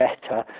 better